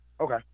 Okay